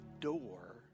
door